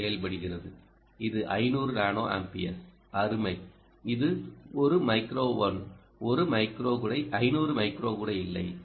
ஓ செயல்படுகிறது இது 500 nano amperes அருமை இது 1 மைக்ரோ ஒன் 500 மைக்ரோ கூட இல்லை